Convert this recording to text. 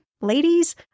ladies